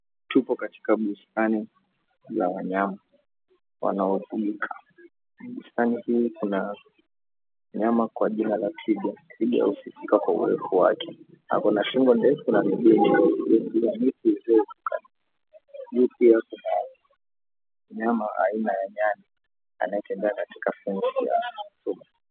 Tupo katika bustani la wanyama wanaofumika. Bustani hii kuna mnyama kwa jina la twiga. Twiga husifika kwa urefu wake. Ako na shingo ndefu na miguu mirefu. Juu pia kuna mnyama aina ya nyani anayetemba katika fence ya chuma.